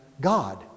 God